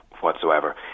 whatsoever